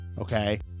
okay